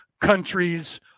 countries